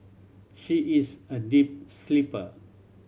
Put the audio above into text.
she is a deep sleeper